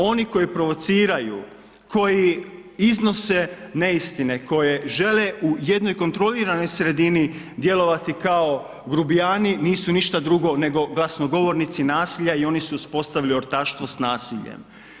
Oni koji provociraju, koji iznose neistine koje žele u jednoj kontroliranoj sredini djelovati kao grubijani nisu ništa drugo nego glasnogovornici nasilja i oni su uspostavili ortaštvo s nasiljem.